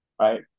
right